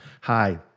Hi